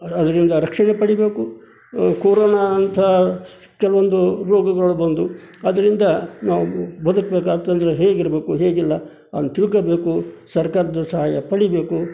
ನಾವು ಅದರಿಂದ ರಕ್ಷಣೆ ಪಡೀಬೇಕು ಕೊರೋನಾ ಅಂಥ ಕೆಲವೊಂದು ರೋಗಗಳು ಬಂದವು ಅದರಿಂದ ನಾವು ಬದುಕಬೇಕಾಗ್ತದಂದ್ರೆ ಹೇಗಿರಬೇಕು ಹೇಗಿಲ್ಲ ಅಂತ ತಿಳ್ಕೋಬೇಕು ಸರ್ಕಾರದ ಸಹಾಯ ಪಡೀಬೇಕು